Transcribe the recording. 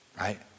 right